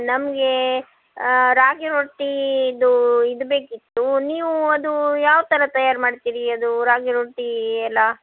ನಮ್ಗೆ ರಾಗಿ ರೊಟ್ಟೀದು ಇದು ಬೇಕಿತ್ತು ನೀವು ಅದು ಯಾವ ಥರ ತಯಾರು ಮಾಡ್ತೀರಿ ಅದು ರಾಗಿ ರೊಟ್ಟಿ ಎಲ್ಲ